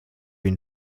been